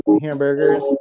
hamburgers